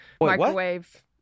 microwave